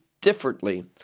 differently